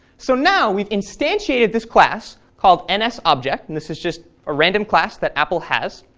so now we've instantiated this class called and ah nsobject, and this is just a random class that apple has.